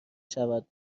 شود